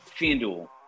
Fanduel